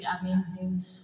amazing